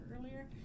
earlier